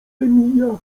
mija